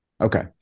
Okay